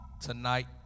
tonight